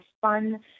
fun